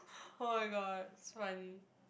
oh-my-god so funny